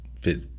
Fit